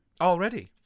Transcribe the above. already